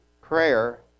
prayer